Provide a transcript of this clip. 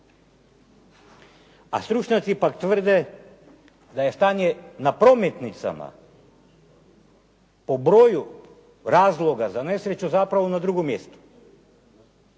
A stručnjaci pak tvrde da je stanje na prometnicama po broju razloga za nesreću zapravo na drugom mjestu.